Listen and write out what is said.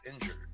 injured